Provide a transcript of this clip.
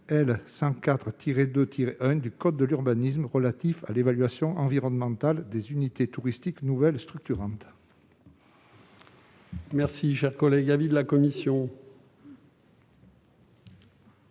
104-2-1 du code de l'urbanisme, relatif à l'évaluation environnementale des unités touristiques nouvelles structurantes. Quel est l'avis de la commission